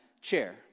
chair